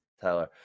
Tyler